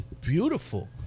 beautiful